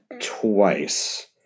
twice